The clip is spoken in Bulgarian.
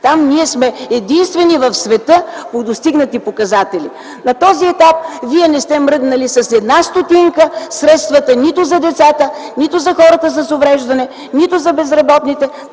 Там ние сме единствени в света по достигнати показатели. На този етап вие не сте мръднали с една стотинка средствата нито за децата, нито за хората с увреждания, нито за безработните.